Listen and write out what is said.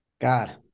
God